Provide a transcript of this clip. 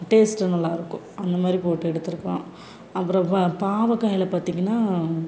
டேஸ்ட்டும் நல்லாயிருக்கும் அந்த மாதிரி போட்டு எடுத்துருக்கோம் அப்புறம் பா பாவக்காயில் பார்த்தீங்கன்னா